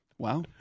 Wow